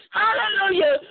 hallelujah